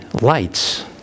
lights